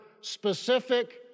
specific